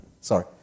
Sorry